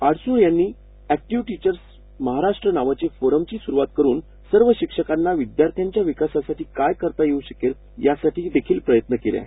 अडसूळ यांनी active teachers Maharashtra नावाची forum सुरू करून सर्व शिक्षकांना विद्यार्थ्यांच्या विकासासाठी काय करता येऊ शकेल यासाठी देखील प्रयत्न केले आहेत